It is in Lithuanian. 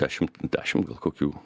dešim dešim gal kokių